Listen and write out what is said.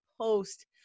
post